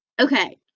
okay